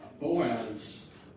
Boaz